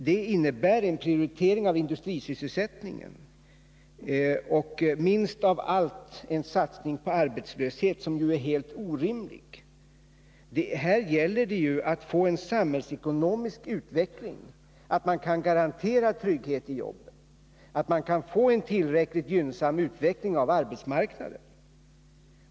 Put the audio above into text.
Det innebär en prioritering av industrisysselsättningen och minst av allt en satsning på arbetslöshet, som är helt orimlig. Här gäller det ju att få en samhällsekonomisk utveckling så att man kan garantera trygghet i jobben och få en tillräckligt gynnsam utveckling av arbetsmarknaden.